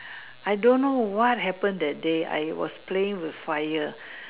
I don't know what happened that day I was playing with fire